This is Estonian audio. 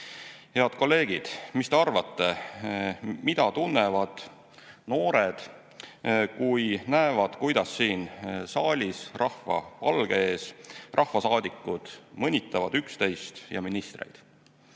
Head kolleegid, mis te arvate, mida tunnevad noored, kui näevad, kuidas siin saalis rahva palge ees rahvasaadikud mõnitavad üksteist ja ministreid?